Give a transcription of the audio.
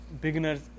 beginners